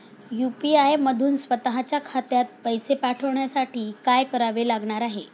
UPI मधून स्वत च्या खात्यात पैसे पाठवण्यासाठी काय करावे लागणार आहे?